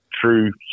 True